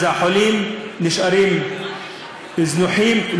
החולים נשארים זנוחים,